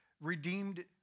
redeemed